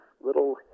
little